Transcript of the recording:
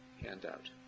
handout